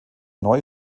neue